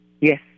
Yes